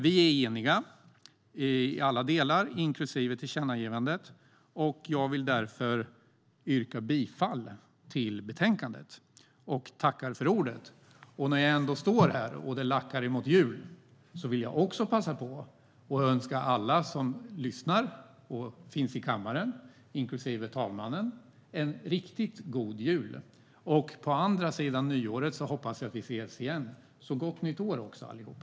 Vi är eniga i alla delar, inklusive tillkännagivandet. Jag yrkar därför bifall till förslaget i betänkandet. När jag ändå står här och det lackar mot jul vill jag passa på att önska alla som lyssnar och alla som finns i kammaren, inklusive herr talmannen, en riktigt god jul. Jag hoppas att vi ses igen på andra sidan nyåret. Gott nytt år, allihop!